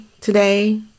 today